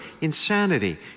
insanity